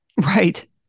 Right